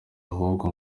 ahubwo